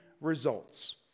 results